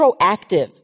proactive